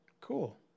Cool